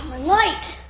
light!